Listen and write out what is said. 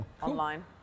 online